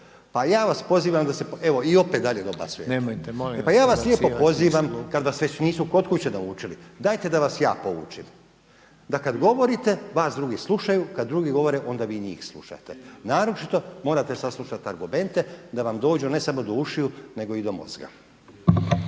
…/Upadica se ne čuje./… evo i opet dalje dobacujete. E pa ja vas lijepo pozivam kada vas već nisu kod kuće naučili dajte da vas ja poučim da kada govorite vas drugi slušaju, kada drugi govore onda vi njih slušate. Naročito morate saslušati argumente da vam dođu ne samo do ušiju nego i do mozga.